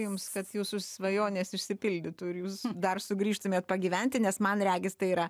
jums kad jūsų svajonės išsipildytų ir jūs dar sugrįžtumėt pagyventi nes man regis tai yra